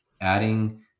adding